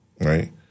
right